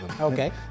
Okay